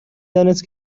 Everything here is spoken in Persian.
دانست